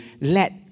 let